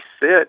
sit